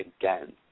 again